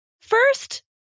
first